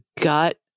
gut